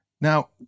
Now